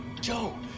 Joe